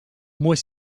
more